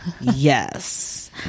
Yes